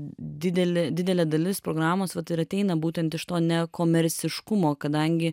didelė didelė dalis programos vat ir ateina būtent iš to ne komerciškumo kadangi